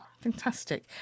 Fantastic